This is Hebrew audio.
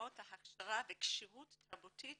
סדנאות הכשרה וכשירות תרבותית